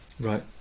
Right